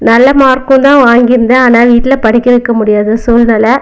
நல்ல மார்க்கும் தான் வாங்கிருந்தேன் ஆனால் வீட்டில் படிக்க வைக்க முடியாத சூழ்நில